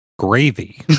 Gravy